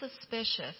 suspicious